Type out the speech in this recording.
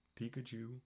Pikachu